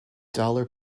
dollar